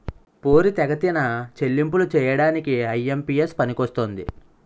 పోరితెగతిన చెల్లింపులు చేయడానికి ఐ.ఎం.పి.ఎస్ పనికొస్తుంది